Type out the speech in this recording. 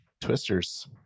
twisters